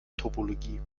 topologie